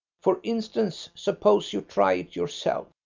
for instance, suppose you try it yourself.